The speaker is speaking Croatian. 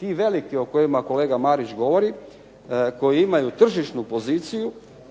ti veliki o kojima kolega Marić govori, koji imaju tržišnu poziciju